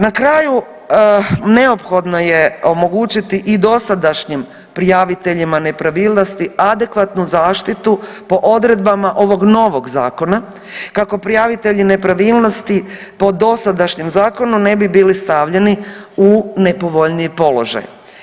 Na kraju neophodno je omogućiti i dosadašnjim prijaviteljima nepravilnosti adekvatnu zaštitu po odredbama ovog novog zakona kako prijavitelji nepravilnosti po dosadašnjem zakonu ne bi bili stavljeni u nepovoljniji položaj.